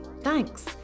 thanks